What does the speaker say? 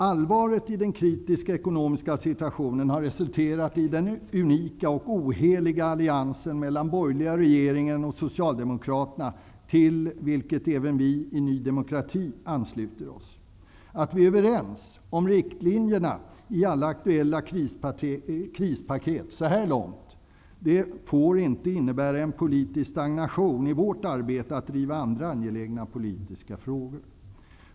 Allvaret i den kritiska ekonomiska situationen har resulterat i den unika, oheliga alliansen mellan den borgerliga regeringen och Socialdemokraterna, till vilken även vi i Ny demokrati ansluter oss. Att vi så här långt är överens om riktlinjerna i alla aktuella krispaket får inte innebära en politisk stagnation i vårt arbete med att driva andra angelägna politiska frågor.